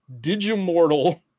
Digimortal